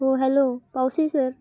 हो hello Pawase sir